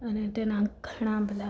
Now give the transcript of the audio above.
અને તેના ઘણા બધા